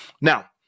Now